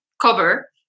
cover